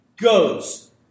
goes